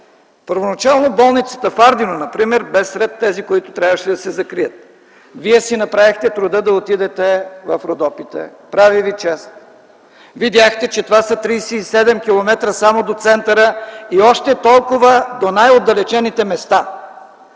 Първоначално болницата в Ардино бе сред тези, които трябваше да се закрият. Направихте си труда да отидете в Родопите – прави Ви чест. Видяхте, че това са 37 км само до центъра и още толкова до най-отдалечените места.